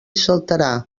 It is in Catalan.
saltarà